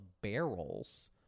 barrels